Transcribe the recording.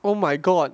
oh my god